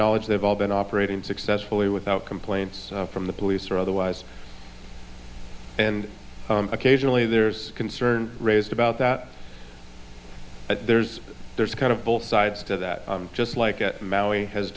knowledge they've all been operating successfully without complaints from the police or otherwise and occasionally there's concern raised about that but there's there's kind of both sides to that just like at maui has